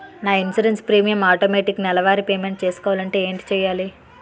నా insurance premium automatic నెలవారి payment చేసుకోవాలంటే ఏంటి చేయాలి?